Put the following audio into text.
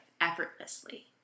effortlessly